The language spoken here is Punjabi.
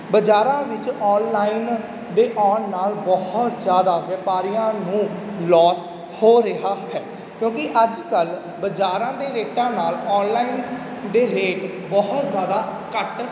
ਬਜ਼ਾਰਾਂ ਵਿੱਚ ਔਨਲਾਈਨ ਦੇ ਆਉਣ ਨਾਲ ਬਹੁਤ ਜ਼ਿਆਦਾ ਵਪਾਰੀਆਂ ਨੂੰ ਲੋਸ ਹੋ ਰਿਹਾ ਹੈ ਕਿਉਂਕੀ ਅੱਜ ਕੱਲ੍ਹ ਬਜ਼ਾਰਾਂ ਦੇ ਰੇਟਾਂ ਨਾਲ ਔਨਲਾਈਨ ਦੇ ਰੇਟ ਬਹੁਤ ਜ਼ਿਆਦਾ ਘੱਟ